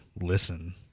listen